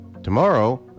Tomorrow